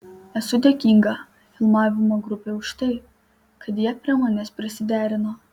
esu dėkinga filmavimo grupei už tai kad jie prie manęs prisiderino